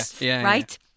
right